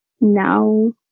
now